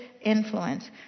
influence